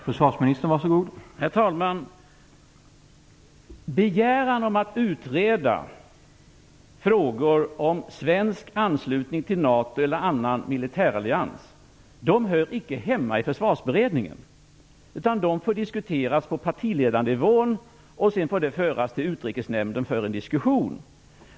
Herr talman! Frågor om svensk anslutning till NATO eller annan militärallians hör icke hemma i Försvarsberedningen. De får diskuteras på partiledarnivå, och sedan får de föras till Utrikesnämnden för en diskussion.